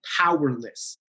powerless